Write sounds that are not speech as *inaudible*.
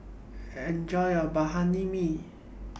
Enjoy your *unintelligible* MI